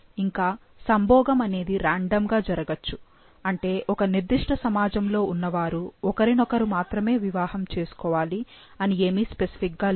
ఇంకా సంభోగం అనేది రాండమ్ గా జరగచ్చు అంటే ఒక నిర్దిష్ట సమాజం లో ఉన్న వారు ఒకరినొకరు మాత్రమే వివాహం చేసుకోవాలి అని ఏమీ స్పెసిఫిక్ గా లేదు